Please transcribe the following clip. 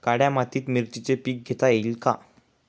काळ्या मातीत मिरचीचे पीक घेता येईल का?